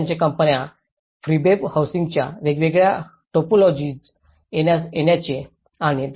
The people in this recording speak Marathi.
त्यांनी त्यांच्या कंपन्यांना प्रीफेब हाऊसिंगच्या वेगवेगळ्या टोपोलॉजीज येण्याचे आणि दर्शविण्यासाठी आमंत्रण आणले